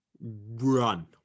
Run